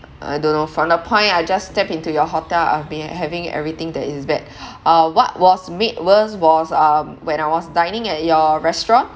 I don't know from the point I just stepped into your hotel I've been having everything that is bad uh what was made worse was um when I was dining at your restaurant